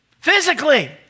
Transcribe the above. Physically